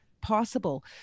possible